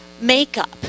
makeup